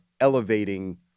elevating